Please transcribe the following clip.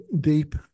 deep